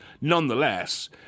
Nonetheless